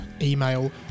email